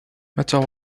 متى